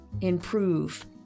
improve